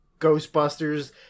Ghostbusters